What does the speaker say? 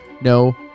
no